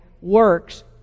works